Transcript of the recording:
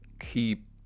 keep